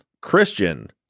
Christian